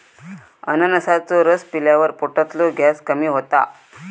अननसाचो रस पिल्यावर पोटातलो गॅस कमी होता